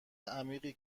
عمیقی